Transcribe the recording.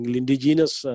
indigenous